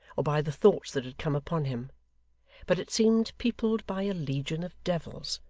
or by the thoughts that had come upon him but it seemed peopled by a legion of devils.